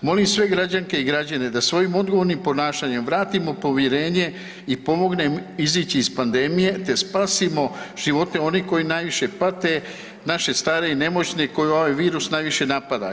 molim sve građanke i građane da svojim odgovornim ponašanjem vratimo povjerenje i pomognemo izaći iz pandemije, te spasimo živote onih koji najviše pate, naše stare i nemoćne koje ovaj virus najviše napada.